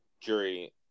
jury